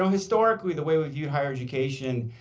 historically, the way we view higher education,